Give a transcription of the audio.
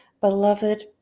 Beloved